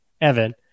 Evan